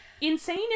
Insane